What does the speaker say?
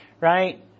Right